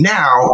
now